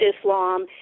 Islam